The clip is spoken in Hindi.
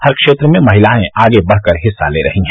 हर क्षेत्र में महिलायें आगे बढ़कर हिस्सा ले रहीं हैं